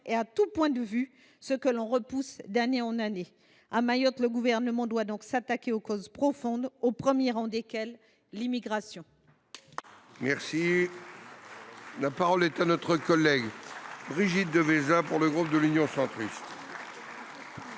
et à tout point de vue – ce que l’on repousse d’année en année. À Mayotte, le Gouvernement doit donc s’attaquer aux causes profondes, au premier rang desquelles l’immigration.